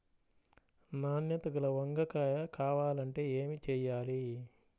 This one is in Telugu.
నాణ్యత గల వంగ కాయ కావాలంటే ఏమి చెయ్యాలి?